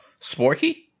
Sporky